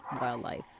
wildlife